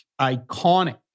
iconic